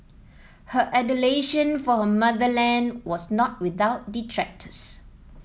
her adulation for her motherland was not without detractors